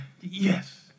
Yes